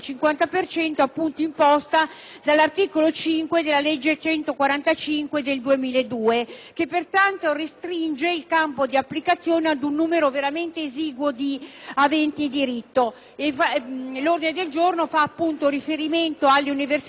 cento imposta dall'articolo 5 della legge n. 145 del 2002, che pertanto restringe il campo di applicazione ad un numero veramente esiguo di aventi diritto. L'ordine del giorno fa riferimento alle università